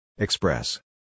Express